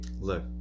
look